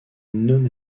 non